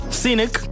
Scenic